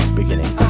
beginning